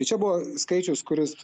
čia buvo skaičius kuris